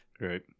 Right